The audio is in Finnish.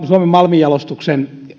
suomen malmijalostuksen